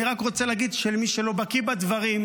אני רק רוצה להגיד למי שלא בקיא בדברים: